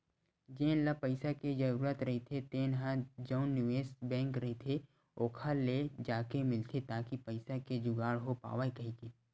जेन ल पइसा के जरूरत रहिथे तेन ह जउन निवेस बेंक रहिथे ओखर ले जाके मिलथे ताकि पइसा के जुगाड़ हो पावय कहिके